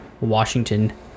Washington